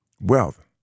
wealth